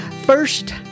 first